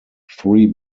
three